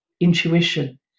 intuition